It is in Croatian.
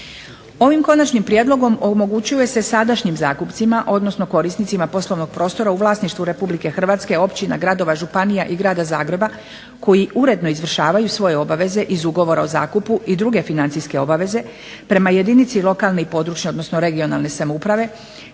Ovim konačnim prijedlogom omogućuje se sadašnjim zakupcima, odnosno korisnicima poslovnog prostora u vlasništvu Republike Hrvatske, općina, gradova, županija i Grada Zagreba. Naravno onih koji uredno izvršavaju sve obveze iz ugovora o zakupu i druge financijske obveze prema jedinici lokalne i područne samouprave